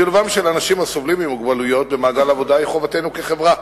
שילובם של אנשים הסובלים ממוגבלות במעגל העבודה הוא חובתנו כחברה.